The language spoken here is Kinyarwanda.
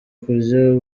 kurya